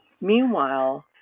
meanwhile